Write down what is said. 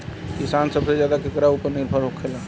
किसान सबसे ज्यादा केकरा ऊपर निर्भर होखेला?